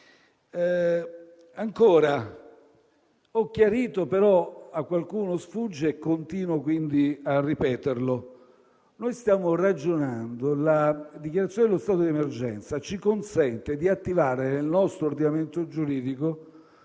circolare. Ho chiarito - a qualcuno però sfugge e continuo quindi a ripeterlo - che stiamo ragionando perché la dichiarazione dello stato di emergenza ci consente di attivare nel nostro ordinamento giuridico